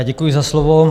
Děkuji za slovo.